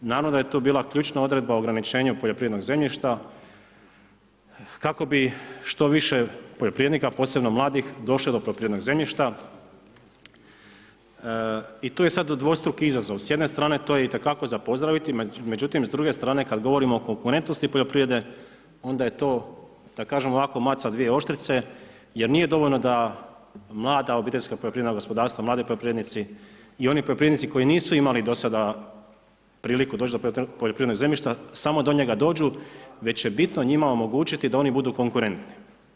I naravno, da je tu bila ključna odredba ograničenja poljoprivrednog zemljišta, kako bi što više poljoprivrednika a posebno mladih došlo do poljoprivrednog zemljišta i tu je sada dvostruki izazov, s jedne strane to je itekako za pozdraviti, međutim, s druge strane kada govorimo o konkurentnosti poljoprivrede, onda je to, da kažem, ovako maca dvije oštrice, jer nije dovoljno da mlada OPG, mladi poljoprivrednici i oni poljoprivrednici koji nisu imali do sada priliku doći do poljoprivrednog zemljišta, samo do njega dođu već će bitno njima omogućiti da oni budu konkurenti.